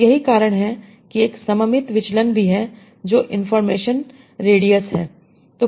तो यही कारण है कि एक सममित विचलन भी है जो इंफॉर्मेशन रेडियस है